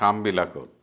কামবিলাকত